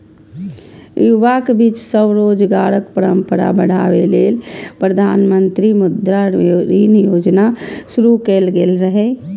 युवाक बीच स्वरोजगारक परंपरा बढ़ाबै लेल प्रधानमंत्री मुद्रा ऋण योजना शुरू कैल गेल रहै